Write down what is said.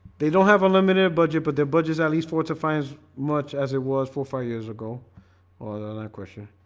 they don't have a limited budget but their budgets at least for two fine as much as it was four five years ago another question